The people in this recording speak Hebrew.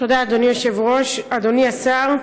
אדוני היושב-ראש, תודה, אדוני השר,